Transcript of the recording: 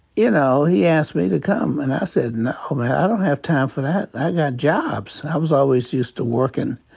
you know, he asked me to come and i said, no, um man, ah i don't have time for that. i got jobs. i was always used to working,